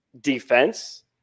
defense